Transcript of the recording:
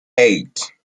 eight